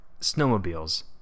snowmobiles